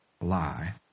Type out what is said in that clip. lie